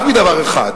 רק מדבר אחד: